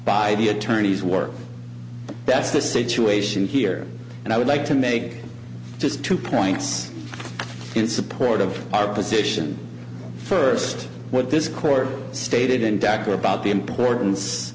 by the attorney's work that's the situation here and i would like to make just two points in support of our position first what this court stated and dr about the importance